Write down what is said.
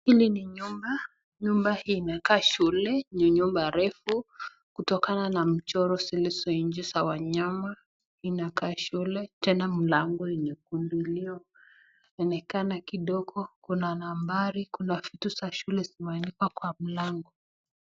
Hili nyumba, nyumba hii imekaa shule, ni nyumba refu, kutokana na mchoro zilizo nje za wanyama, inakaa shule tena mlango, nyekundu inaonekana kuna nambari na vitu za shule kwa mlango.